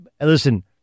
listen